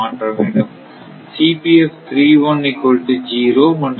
இது 0